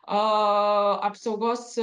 a apsaugos